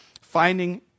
finding